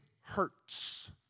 hurts